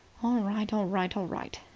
all right. all right. all right,